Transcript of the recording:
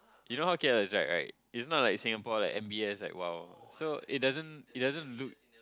you know how K_L is like right it's not like Singapore like M_B_S like !wow! so it doesn't it doesn't look